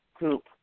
Group